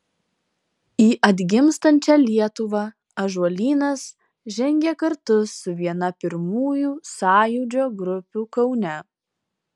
į atgimstančią lietuvą ąžuolynas žengė kartu su viena pirmųjų sąjūdžio grupių kaune